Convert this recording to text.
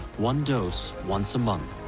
one dose. once a month.